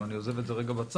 אבל אני עוזב את זה רגע בצד.